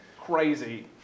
crazy